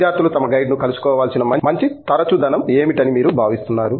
విద్యార్థులు తమ గైడ్ను కలుసుకోవాల్సిన మంచి తరచుదనం ఏమిటని మీరు భావిస్తున్నారు